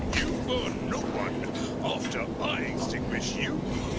you'll burn no one after i extinguish you.